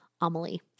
Amelie